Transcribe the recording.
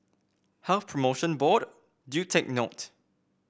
Health Promotion Board do take note